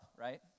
right